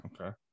Okay